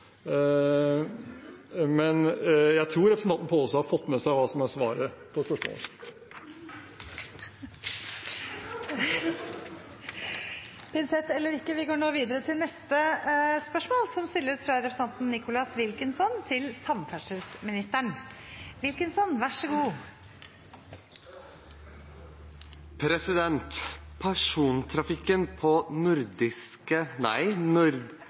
men jeg tror representanten Pollestad har fått med seg hva som er svaret på spørsmålet. Pinsett eller ikke – vi går nå videre til neste spørsmål, som stilles fra representanten Nicholas Wilkinson til samferdselsministeren.